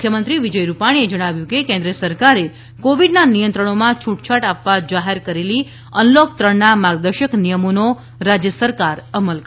મુખ્યમંત્રી વિજય રૂપાણીએ જણાવ્યું હતું કે કેન્દ્ર સરકારે કોવીડના નિયંત્રણોમાં છૂટછાટ આપવા જાહેર કરેલી અનલોક ત્રણના માર્ગદર્શક નિયમોનો રાજ્ય સરકાર અમલ કરશે